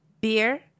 Beer